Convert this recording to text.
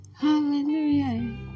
hallelujah